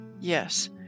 Yes